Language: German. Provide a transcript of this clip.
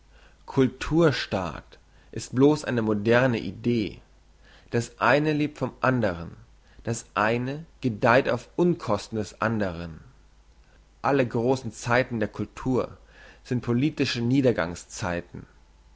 cultur staat ist bloss eine moderne idee das eine lebt vom andern das eine gedeiht auf unkosten des anderen alle grossen zeiten der cultur sind politische